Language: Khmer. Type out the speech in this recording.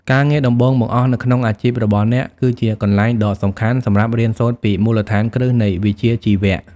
ការងារដំបូងបង្អស់នៅក្នុងអាជីពរបស់អ្នក គឺជាកន្លែងដ៏សំខាន់សម្រាប់រៀនសូត្រពីមូលដ្ឋានគ្រឹះនៃវិជ្ជាជីវៈ។